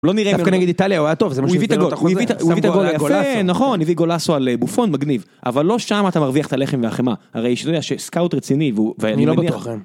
לא נראה, דווקא נגד איטליה, הוא היה טוב, הוא הביא את הגול, הוא הביא את הגול יפה, נכון, הוא הביא גולסו על בופון מגניב, אבל לא שם אתה מרוויח את הלחם והחמאה, הרי שאתה יודע, שסקאוט רציני, ואני לא בטוח.